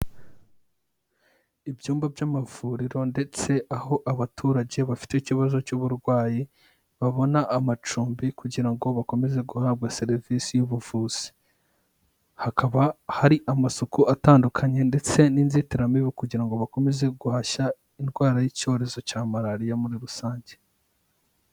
Ibyumba by'amavuriro ndetse aho abaturage bafite ikibazo cy'uburwayi babona amacumbi kugira ngo bakomeze guhabwa serivisi y'ubuvuzi, hakaba hari amasuku atandukanye ndetse n'inzitiramibu kugira ngo bakomeze guhashya indwara y'icyorezo cya malariya muri rusange.